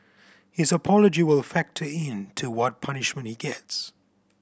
his apology will factor in to what punishment he gets